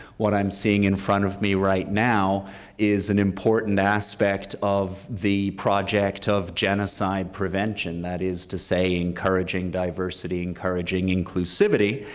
what i'm seeing in front of me right now is an important aspect of the project of genocide prevention, that is to say encouraging diversity, encouraging inclusivity,